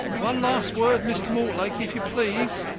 one last word, mr. mortlake, if you please.